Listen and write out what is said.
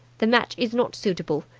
the match is not suitable.